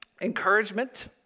encouragement